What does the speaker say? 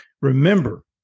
Remember